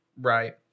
right